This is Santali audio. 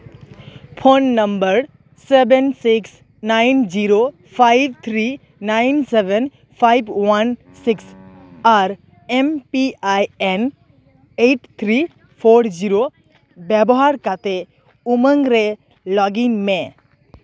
phone number seven six nine zero five three nine seven five one six R M P I N eight three four zero ᱵᱮᱵᱚᱦᱟᱨ ᱠᱟᱛᱮ ᱩᱢᱟᱝ ᱨᱮ ᱞᱚᱜᱽ ᱤᱱ ᱢᱮ